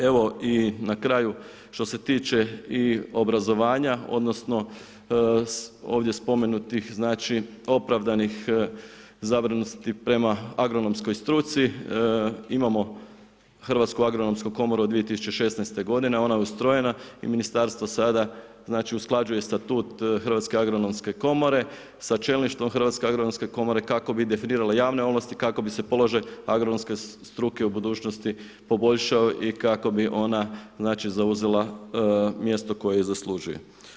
Evo i na kraju što se tiče i obrazovanja, odnosno ovdje spomenutih opravdanih zabrinutosti prema agronomskoj struci, imamo Hrvatsku agronomsku komoru od 2016. godine, ona je ustrojena i ministarstvo sada usklađuje status Hrvatske agronomske komore sa čelništvom Hrvatske agronomske komore kako bi definirala javne ovlasti, kako bi se položaj agronomske struke u budućnosti poboljšao i kako bi ona zauzela mjesto koje zaslužuje.